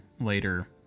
later